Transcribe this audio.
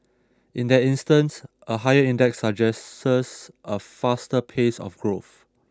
in that instance a higher index suggests a faster pace of growth